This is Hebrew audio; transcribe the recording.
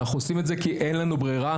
אנחנו עושים את זה כי אין לנו ברירה.